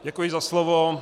Děkuji za slovo.